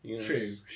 True